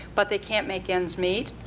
but they can't make ends meet.